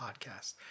podcast